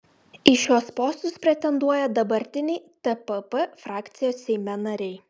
į šiuos postus pretenduoja dabartiniai tpp frakcijos seime nariai